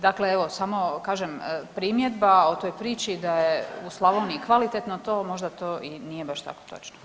Dakle, evo samo kažem primjedba o toj priči da je u Slavoniji kvalitetno tlo možda to i nije baš tako točno.